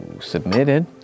submitted